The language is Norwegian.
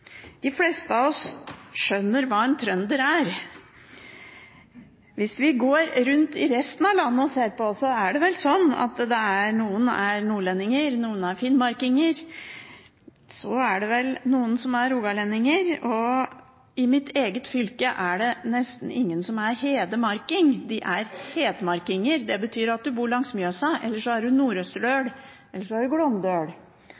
De fleste av oss skjønner hva en trønder er. Hvis vi går rundt i resten av landet og ser, er det vel slik at noen er nordlendinger, noen er finnmarkinger. Så er det vel noen som er rogalendinger. I mitt eget fylke er det nesten ingen som er «hedemarking» – de er hedmarkinger. Det betyr at du bor langs Mjøsa, eller så er du